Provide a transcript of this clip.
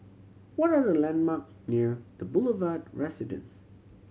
what are the landmark near The Boulevard Residence